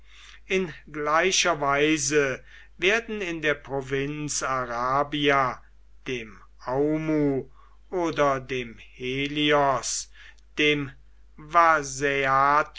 in gleicher weise werden in der provinz arabia dem aumu oder dem helios dem